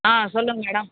ஆ சொல்லுங்கள் மேடம்